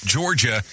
Georgia